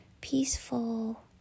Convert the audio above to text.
peaceful